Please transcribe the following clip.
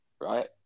right